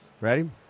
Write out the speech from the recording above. Ready